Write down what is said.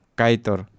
kaitor